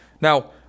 Now